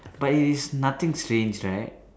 but it is nothing strange right